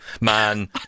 man